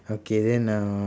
okay then uh